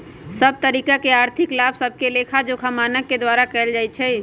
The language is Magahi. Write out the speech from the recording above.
सभ तरिका के आर्थिक काम सभके लेखाजोखा मानक के द्वारा कएल जाइ छइ